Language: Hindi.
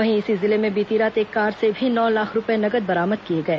वहीं इसी जिले में बीती रात एक कार से भी नौ लाख रूपये नगद बरामद किए गए